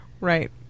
Right